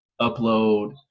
upload